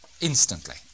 instantly